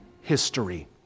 history